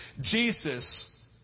Jesus